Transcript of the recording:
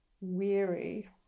weary